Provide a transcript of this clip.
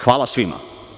Hvala svima.